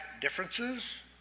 differences